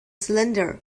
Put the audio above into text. cylinder